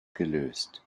gelöst